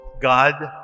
God